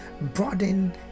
broaden